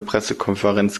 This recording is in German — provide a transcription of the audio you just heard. pressekonferenz